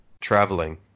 traveling